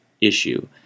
issue